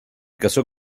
casó